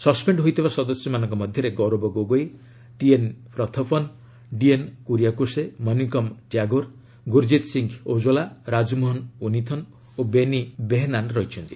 suspend ହୋଇଥିବା ସଦସ୍ୟମାନଙ୍କ ମଧ୍ୟରେ ଗୌରବ ଗୋଗୋଇ ଟିଏନ୍ ପ୍ରଥପନ ଡିନ୍ କୁରିଆକୋଷେ ମନିକମ୍ ଟ୍ୟାଗୋର ଗୁରଜିତ ସିଂହ ଔଜଲା ରାଜମୋହନ ଉନିଥନ ଓ ବେନି ବେହେନାନ ରହିଛନ୍ତି